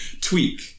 tweak